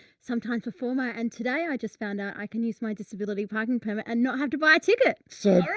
sometimes performer and today i just found out i can use my disability parking permit and not have to buy a ticket. dylan so yeah